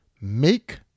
make